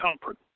comfort